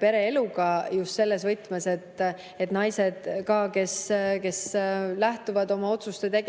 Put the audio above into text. pereeluga, just selles võtmes, et naised, kes lähtuvad oma otsuste tegemisel